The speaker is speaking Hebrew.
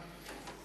הוא צופה בך.